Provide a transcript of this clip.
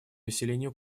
населения